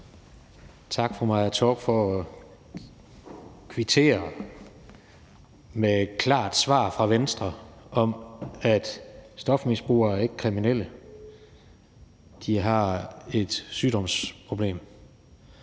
til fru Maja Torp for at kvittere med et klart svar fra Venstre om, at stofmisbrugere ikke er kriminelle; de har et sygdomsproblem.